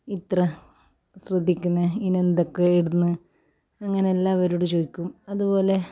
ഇത്ര ശ്രദ്ധിക്കുന്നത് ഇതിന് എന്തൊക്കെ ഇടുന്നത് ഇങ്ങനെയെല്ലാം അവരോട് ചോദിക്കും അതുപോലെ